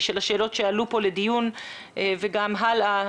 של השאלות שעלו כאן לדיון וגם לגבי העתיד.